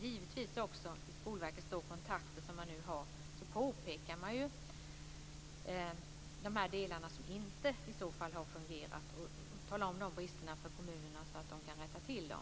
Givetvis påpekar också Skolverket i de kontakter man nu har de här delarna som i så fall inte har fungerat. Man talar om bristerna för kommunerna så att de kan rätta till dem.